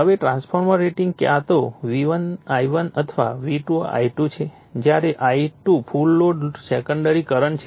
હવે transformer rating ક્યાં તો V1 I1 અથવા V2 I2 છે જ્યારે I2 full load secondary current છે